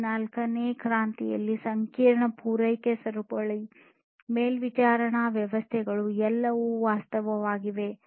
ಈ ನಾಲ್ಕನೇ ಕೈಗಾರಿಕಾ ಕ್ರಾಂತಿಯಲ್ಲಿ ಸಂಕೀರ್ಣ ಪೂರೈಕೆ ಸರಪಳಿ ಮೇಲ್ವಿಚಾರಣಾ ವ್ಯವಸ್ಥೆಗಳು ಎಲ್ಲವೂ ವಾಸ್ತವವಾಗಿದೆ